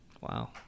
Wow